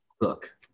look